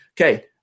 Okay